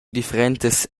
differentas